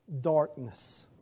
darkness